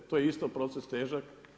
To je isto proces težak.